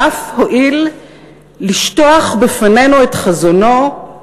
ואף הואיל לשטוח בפנינו את חזונו,